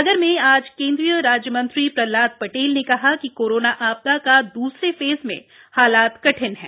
सागर में आज केंद्रीय राज्य मन्त्री प्रहलाद पटेल ने कहा कि कोरोना आपदा का द्रसरे फेस में हालात कठिन हैं